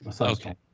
okay